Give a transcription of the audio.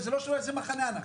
וזה לא משנה מאיזה מחנה אנחנו,